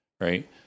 Right